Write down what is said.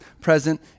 present